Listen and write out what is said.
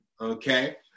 okay